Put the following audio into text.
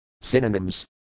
Synonyms